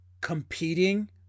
competing